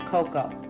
Cocoa